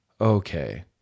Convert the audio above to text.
Okay